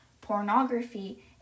pornography